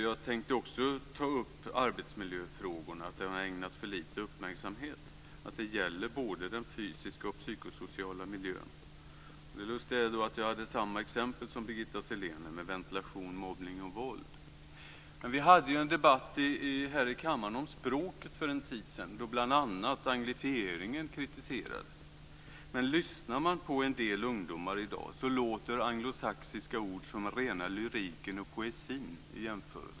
Jag tänker också ta upp arbetsmiljöfrågorna, som har ägnats för lite uppmärksamhet. Det gäller både den fysiska och den psykosociala miljön. Jag har lustigt nog samma exempel som Birgitta Sellén: ventilation, mobbning och våld. Vi hade en debatt här i kammaren om språket för en tid sedan, då bl.a. anglifieringen kritiserades, men när man lyssnar på en del ungdomar i dag låter anglosaxiska ord jämförelsevis som rena lyriken och poesin.